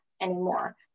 anymore